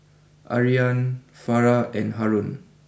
Aryan Farah and Haron